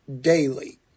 daily